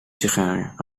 sigaren